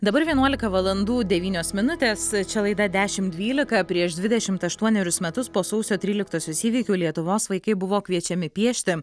dabar vienuolika valandų devynios minutės čia laida dešim dvylika prieš dvidešimt aštuonerius metus po sausio tryliktosios įvykių lietuvos vaikai buvo kviečiami piešti